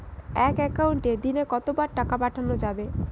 এক একাউন্টে দিনে কতবার টাকা পাঠানো যাবে?